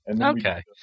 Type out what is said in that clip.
Okay